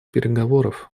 переговоров